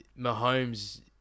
Mahomes